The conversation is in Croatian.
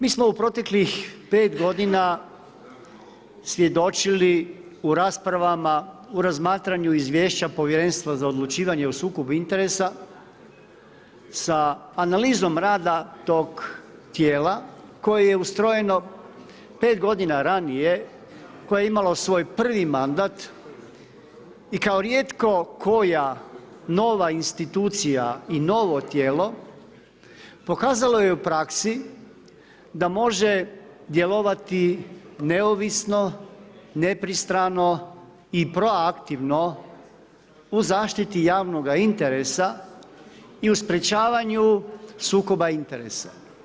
Mi smo u proteklih pet godina svjedočili u raspravama u razmatranju izvješća Povjerenstva za odlučivanje o sukobu interesa sa analizom rada tog tijela koje je ustrojeno pet godina ranije, koje je imalo svoj prvi mandat i kao rijetko koja nova institucija i novo tijelo, pokazalo je u praksi da može djelovati neovisno, nepristrano i pro aktivno u zaštiti javnoga interesa i u sprečavanju sukoba interesa.